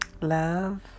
love